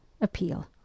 appeal